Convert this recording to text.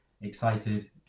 excited